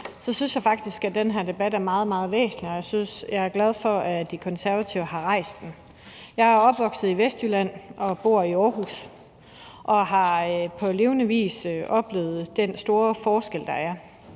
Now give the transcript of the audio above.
synes jeg faktisk, at den her debat er meget, meget væsentlig, og jeg er glad for, at De Konservative har rejst den. Jeg er opvokset i Vestjylland og bor i Aarhus og har i mit eget liv oplevet den store forskel, der er.